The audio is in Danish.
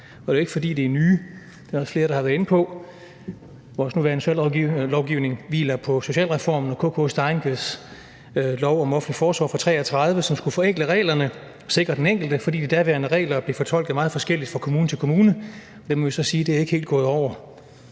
og det er jo ikke, fordi de er nye. Der er der også flere der har været inde på. Vores nuværende socialrådgivning hviler på socialreformen og K. K. Steinckes lov om offentlig forsorg fra 1933, som skulle forenkle reglerne og sikre den enkelte, fordi de daværende regler blev fortolket meget forskelligt fra kommune til kommune, og det må vi så sige ikke helt er gået over.